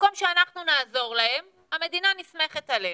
במקום שאנחנו נעזור להם המדינה נסמכת עליהם,